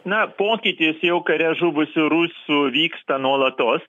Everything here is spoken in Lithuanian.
na pokytis jau kare žuvusių rusų vyksta nuolatos